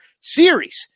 series